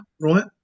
right